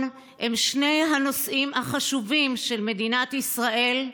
הם שני הנושאים החשובים של מדינת ישראל,